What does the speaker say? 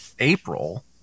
April